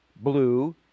blue